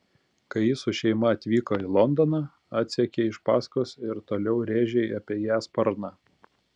kai ji su šeima atvyko į londoną atsekei iš paskos ir toliau rėžei apie ją sparną